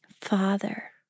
Father